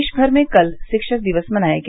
देश भर में कल शिक्षक दिवस मनाया गया